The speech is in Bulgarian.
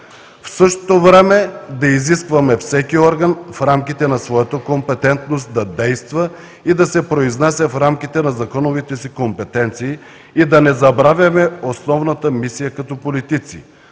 В същото време да изискваме всеки орган в рамките на своята компетентност да действа и да се произнася в рамките на законовите си компетенции и да не забравяме основната мисия като политици